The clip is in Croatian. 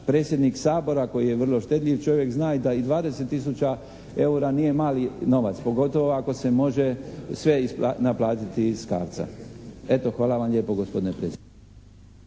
predsjednik Sabora koji je vrlo štedljiv čovjek zna da i 20 tisuća eura nije mali novac, pogotovo ako se može sve naplatiti iz CARDS-a. Eto hvala vam lijepo gospodine predsjedniče.